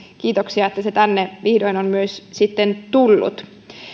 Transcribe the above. kiitoksia että se tänne vihdoin on myös sitten tullut